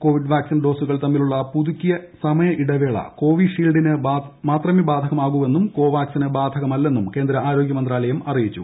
Covid vaccine ഡോസുകൾ തമ്മിലുള്ള പുതുക്കിയ സമയി ഇട്ടവേള കോവിഷീൽഡിന് മാത്രമേ ബാധകമാകൂവെന്നും ക്കോവാക്സിന് ബാധകമല്ലെന്നും കേന്ദ്ര ആരോഗ്യ മന്ത്രാലയം അ്ട്രിയിച്ചു